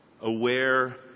Aware